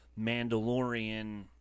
mandalorian